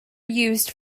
used